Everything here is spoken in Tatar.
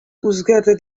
үзгәрде